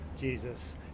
Jesus